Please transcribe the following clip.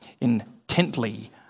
intently